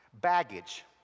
baggage